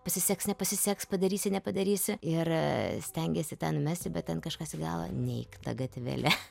pasiseks nepasiseks padarysi nepadarysi ir stengiesi tą numesti bet ten kažkas gal neik ta gatvele